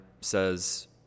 says